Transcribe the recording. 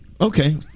Okay